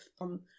on